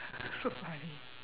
so funny